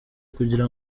kugira